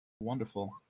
Wonderful